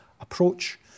approach